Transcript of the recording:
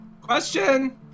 Question